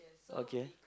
okay